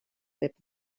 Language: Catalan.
pep